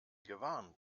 gewarnt